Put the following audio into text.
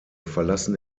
verlassen